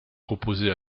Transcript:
proposée